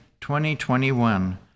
2021